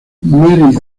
mary